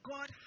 God